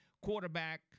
quarterback